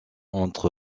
entre